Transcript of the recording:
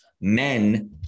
men